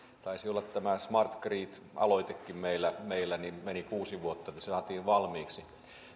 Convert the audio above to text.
taisi olla tämä smart grid aloitekin meillä meillä sellainen että meni kuusi vuotta että se saatiin valmiiksi